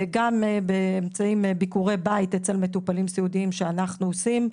גם ביקורי בית אצל מטופלים סיעודיים שאנחנו עושים.